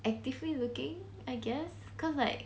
actively looking I guess cause like